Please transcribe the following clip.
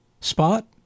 Spot